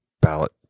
ballot